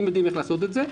הם יודעים איך לעשות את זה,